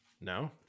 No